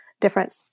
different